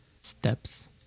steps